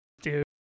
dude